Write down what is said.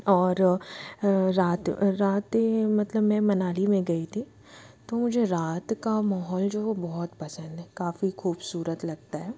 और रात रातें मतलब मैं मनाली में गई थी तो मुझे रात का महौल जो है वो बहुत पसंद है काफ़ी खूबसूरत लगता है